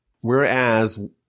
Whereas